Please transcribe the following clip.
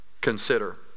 consider